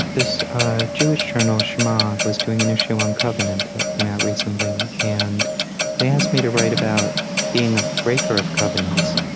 this jewish journal, sh'ma, was doing an issue on covenant that came out recently, and they asked me to write about being a breaker of covenants,